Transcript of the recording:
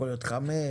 יכול להיות חמש,